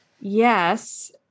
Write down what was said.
Yes